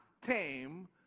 tame